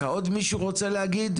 עוד מישהו רוצה להגיד?